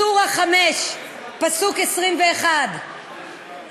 סורה 5, פסוק 21: